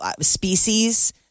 species